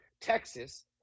Texas